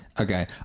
Okay